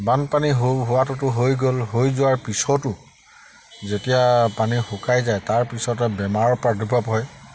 বানপানী হৈ হোৱাটোতো হৈ গ'ল হৈ যোৱাৰ পিছতো যেতিয়া পানী শুকাই যায় তাৰপিছতে বেমাৰৰ পৰা প্ৰাদুৰ্ভাৱ হয়